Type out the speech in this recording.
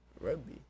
Rugby